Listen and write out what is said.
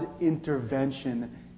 intervention